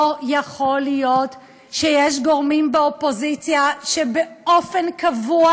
לא יכול להיות שיש גורמים באופוזיציה שבאופן קבוע